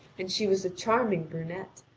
and she was a charming brunette,